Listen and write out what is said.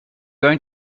going